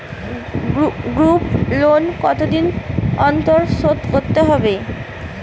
Group loan কতদিন অন্তর শোধকরতে হয়?